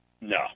No